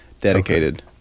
dedicated